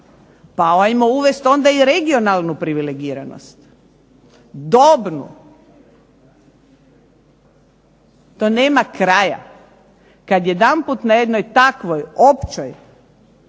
pa ajmo uvest onda i regionalnu privilegiranost, dobnu. To nema kraja. Kad jedanput na jednoj takvoj općoj,